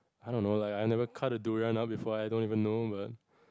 I don't know I never cut a durian up before I don't even know but